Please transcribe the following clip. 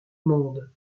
monde